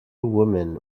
women